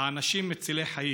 האנשים המצילים חיים,